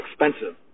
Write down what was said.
expensive